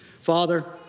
Father